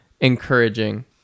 encouraging